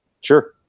sure